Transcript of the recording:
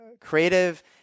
creative